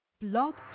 Blog